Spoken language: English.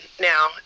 now